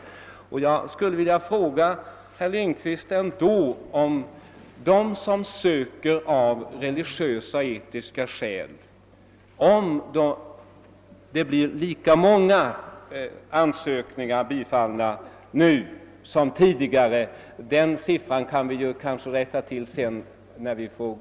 Jag vill i det sammanhanget fråga herr Lindkvist: Blir lika många ansökningar bifallna nu som tidigare från dem som av religiösa och etiska skäl söker vapenfri tjänst?